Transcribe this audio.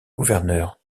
gouverneur